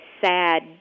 sad